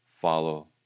follow